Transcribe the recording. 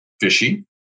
fishy